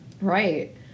Right